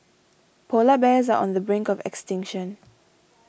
Polar Bears are on the brink of extinction